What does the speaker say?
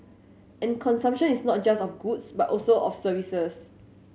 and consumption is not just of goods but also of services